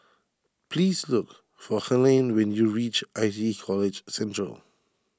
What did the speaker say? please look for Helaine when you reach I T E College Central